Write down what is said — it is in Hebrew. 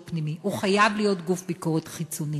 פנימי, הוא חייב להיות גוף ביקורת חיצוני,